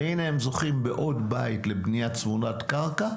והינה הם זוכים בעוד בית לבנייה צמודת קרקע,